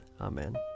Amen